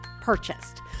purchased